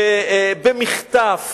במחטף.